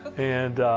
and